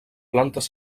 plantes